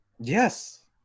Yes